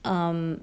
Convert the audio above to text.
um